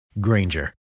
Granger